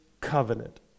covenant